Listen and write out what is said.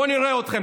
בואו נראה אתכם.